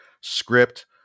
script